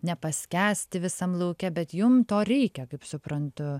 nepaskęsti visam lauke bet jum to reikia kaip suprantu